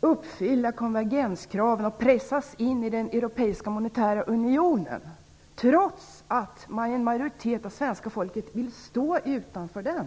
uppfylla konvergenskraven och pressas in i den europeiska monetära unionen, något som en majoritet av svenska folket vill stå utanför.